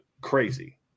crazy